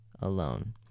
alone